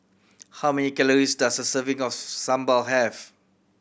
how many calories does a serving of sambal have